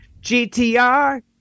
GTR